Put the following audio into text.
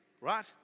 right